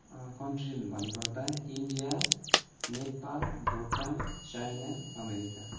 country भन्नुपर्दा India Nepal Bhutan China America